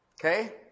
Okay